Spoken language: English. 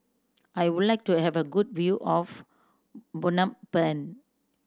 I would like to have a good view of Phnom Penh